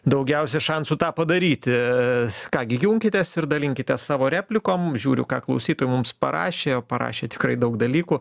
daugiausiai šansų tą padaryti ką gi junkitės ir dalinkitės savo replikom žiūriu ką klausytojai mums parašė o parašė tikrai daug dalykų